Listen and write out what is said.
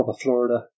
Florida